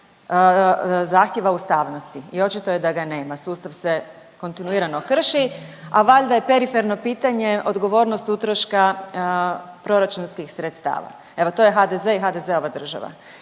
zahtjeva ustavnosti i očito je da ga nema, sustav se kontinuirano krši, a valjda je periferno pitanje odgovornost utroška proračunskih sredstava. Evo, to je HDZ i HDZ-ova država.